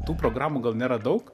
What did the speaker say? tų programų gal nėra daug